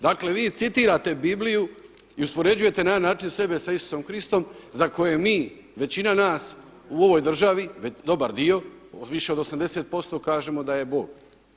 Dakle vi citirate Bibliju i uspoređujete na jedan način sebe sa Isusom Kristom za koje mi, većina nas u ovoj državi, dobar dio više od 80% kažemo da je Bog.